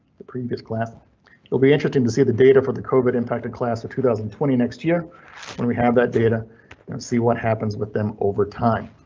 the previous class will be interesting to see the data for the covid impacted class of two thousand and twenty next year when we have that data and see what happens with them overtime.